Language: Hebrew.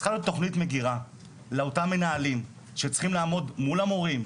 צריכה להיות תוכנית מגירה לאותם המנהלים שצריכים לעמוד מול המורים,